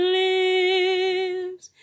lives